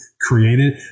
created